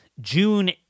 June